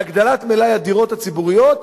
על הגדלת מלאי הדירות הציבוריות,